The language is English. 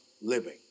living